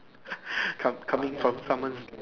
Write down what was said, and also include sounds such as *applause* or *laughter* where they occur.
*breath* come coming from someone